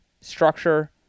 structure